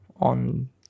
on